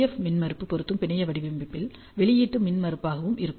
F மின்மறுப்பு பொருந்தும் பிணைய வடிவமைப்பில் வெளியீட்டு மின்மறுப்பாகவும் இருக்கும்